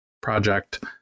project